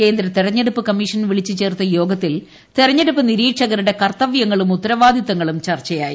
കേന്ദ്ര തിരഞ്ഞെടുപ്പ് കമ്മീഷൻ വിളിച്ചു ചേർത്ത യോഗത്തിൽ തെരഞ്ഞെടുപ്പ് നിരീക്ഷകരുടെ കർത്തവൃങ്ങളും ഉത്തരവാദിത്തങ്ങളും ചർച്ച യായി